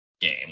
game